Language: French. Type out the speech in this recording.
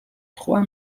trois